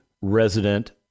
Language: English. resident